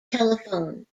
telephone